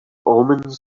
omens